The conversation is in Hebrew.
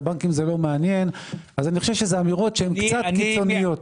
לא מעניין אותם אמירות קצת קיצוניות.